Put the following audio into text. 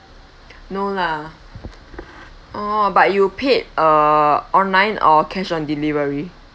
no lah oh but you paid uh online or cash on delivery